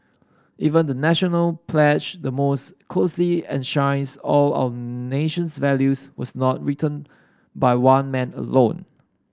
even the National pledge the most closely enshrines all our nation's values was not written by one man alone